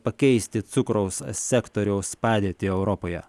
pakeisti cukraus sektoriaus padėtį europoje